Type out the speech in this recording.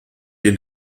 den